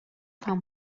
fan